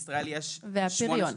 והפריון.